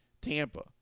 Tampa